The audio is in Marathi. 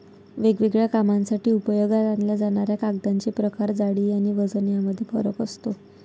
वेगवेगळ्या कामांसाठी उपयोगात आणल्या जाणाऱ्या कागदांचे प्रकार, जाडी आणि वजन यामध्ये फरक असतो